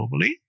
globally